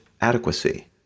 adequacy